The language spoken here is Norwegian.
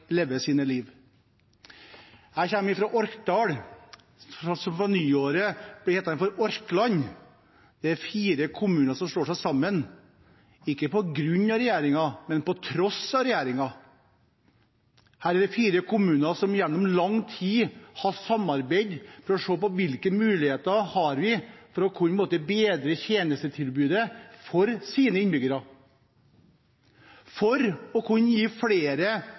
liv. Jeg kommer fra Orkdal, som fra nyåret blir en del av Orkland. Det er fire kommuner som slår seg sammen – ikke på grunn av regjeringen, men på tross av regjeringen. Dette er fire kommuner som gjennom lang tid har samarbeidet for å se på hvilke muligheter de har for å bedre tjenestetilbudet for sine innbyggere, for å kunne ansette flere